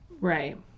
Right